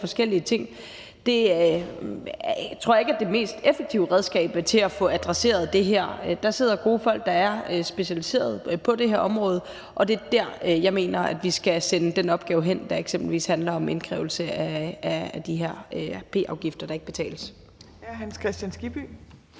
forskellige ting, tror jeg ikke er det mest effektive redskab til at få adresseret det her. Der sidder gode folk, der er specialiseret, på det her område, og det er dér, jeg mener vi skal sende den opgave hen, der eksempelvis handler om indkrævning af de her p-afgifter, der ikke betales.